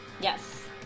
Yes